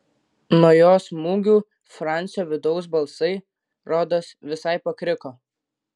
nuo jo smūgių francio vidaus balsai rodos visai pakriko